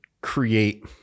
create